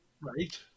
Right